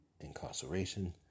incarceration